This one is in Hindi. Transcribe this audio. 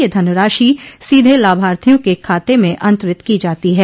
यह धनराशि सीधे लाभार्थियों के खाते में अंतरित की जाती है